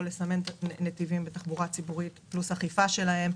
או לסמן נתיבים לתחבורה ציבורית פלוס אכיפה שלהם,